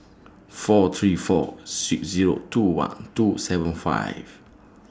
four three four six Zero two one two seven five